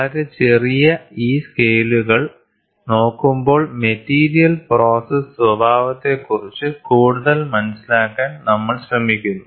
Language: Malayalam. വളരെ ചെറിയ ഈ സ്കെയിലുകൾ നോക്കുമ്പോൾ മെറ്റീരിയൽ പ്രോസസ് സ്വഭാവത്തെക്കുറിച്ച് കൂടുതൽ മനസ്സിലാക്കാൻ നമ്മൾ ശ്രമിക്കുന്നു